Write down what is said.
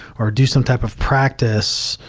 or do some type of practice,